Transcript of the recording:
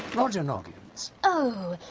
roger noggins. oh!